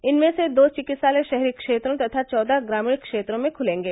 इनमें से दो चिकित्सालय शहरी क्षेत्रों तथा चौदह ग्रामीण क्षेत्रों में खुलेंगे